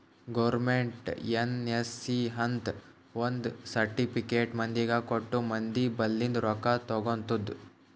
government NSC ಅಂತ್ ಒಂದ್ certificate ಮಂದಿಗ ಕೊಟ್ಟು ಮಂದಿ ಬಲ್ಲಿಂದ್ ರೊಕ್ಕಾ ತಗೊತ್ತುದ್